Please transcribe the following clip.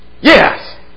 Yes